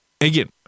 Again